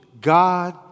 God